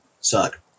suck